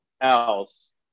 else